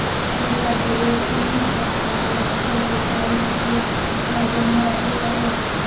দুলিয়া জ্যুড়ে উলিভারসাল ব্যাংকে যেখাল থ্যাকে ইছা জমা রাইখতে পারো